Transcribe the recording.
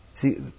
See